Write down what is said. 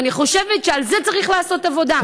אני חושבת שעל זה צריך לעשות עבודה.